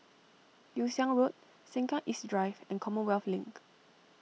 Yew Siang Road Sengkang East Drive and Commonwealth Link